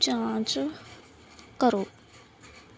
ਜਾਂਚ ਕਰੋ